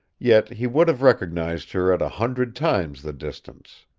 yet he would have recognized her at a hundred times the distance.